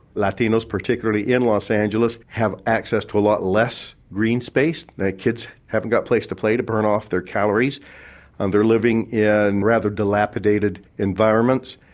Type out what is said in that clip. latinos particularly in los angeles have access to a lot less green space, their kids haven't got a place to play to burn off their calories and they're living in rather dilapidated environments,